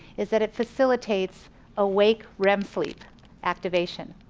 is that it facilitates awake rem sleep activation.